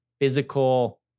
physical